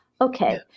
Okay